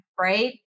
right